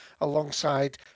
alongside